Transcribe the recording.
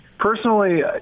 Personally